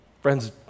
Friends